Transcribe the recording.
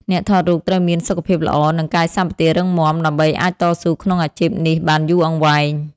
អ្នកថតរូបត្រូវមានសុខភាពល្អ និងកាយសម្បទារឹងមាំ ដើម្បីអាចតស៊ូក្នុងអាជីពនេះបានយូរអង្វែង។